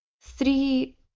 three